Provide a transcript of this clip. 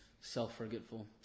self-forgetful